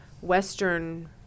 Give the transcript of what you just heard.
Western